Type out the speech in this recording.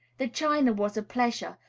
the china was a pleasure,